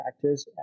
practice